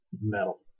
Metal